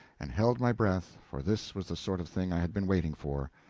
and held my breath, for this was the sort of thing i had been waiting for.